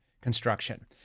construction